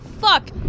Fuck